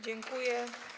Dziękuję.